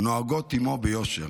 נוהגים עימו ביושר.